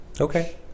okay